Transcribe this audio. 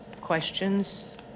questions